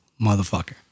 motherfucker